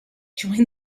join